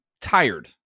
tired